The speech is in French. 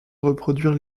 reproduire